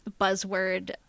buzzword